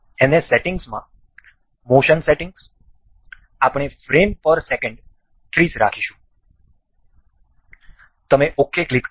અને સેટિંગ્સમાં motion settings આપણે ફ્રેમ પર સેકન્ડ 30 રાખીશું તમે ok ક્લિક કરો